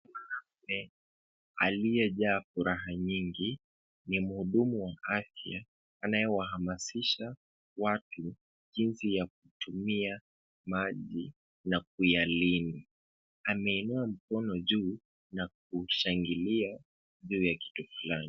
Mwanaume aliyejaa furaha nyingi ni mhudumu wa afya anayewahamasisha watu jinsi ya kutumia maji na kuyalinda. Ameinua mkono juu na kushangilia juu ya kitu fulani.